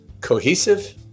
cohesive